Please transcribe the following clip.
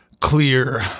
clear